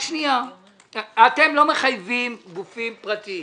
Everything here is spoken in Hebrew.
אתם לא מחייבים גופים פרטיים,